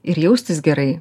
ir jaustis gerai